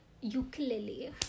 ukulele